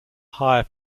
higher